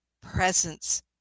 presence